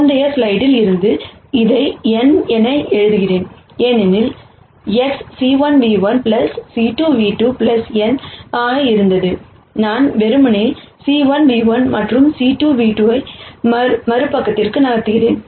முந்தைய ஸ்லைடில் இருந்து இதை n என எழுதுகிறேன் ஏனெனில் X c1 ν₁ c2 ν₂ n ஆக இருந்தது நான் வெறுமனே c1 ν₁ மற்றும் c2 ν₂ ஐ மறுபக்கத்திற்கு நகர்த்துகிறேன்